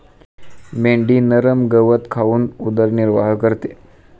मेंढी नरम गवत खाऊन उदरनिर्वाह करते